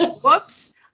Whoops